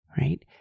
right